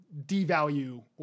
devalue